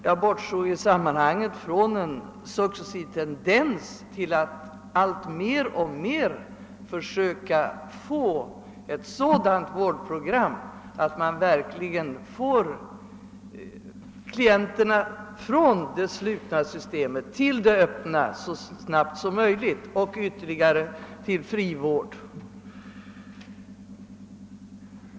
Jag bortsåg i det sammanhanget från en successiv tendens att försöka åstadkomma ett vårdprogram som : verkligen innebär ett överförande av' klienterna från det slutna till det öppna systemet så snabbt som möjligt och därifrån vidare till frivården.